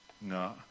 No